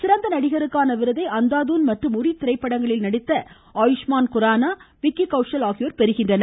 சிறந்த நடிகருக்கான விருதை அந்தாதூன் மற்றும் உரி திரைப்படங்களில் நடித்த ஆயுஷ்மான் குரானா விக்கி கௌஷல் ஆகியோர் பெறுகின்றனர்